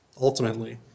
ultimately